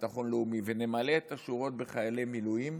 לביטחון לאומי ונמלא את השירות בחיילי מילואים,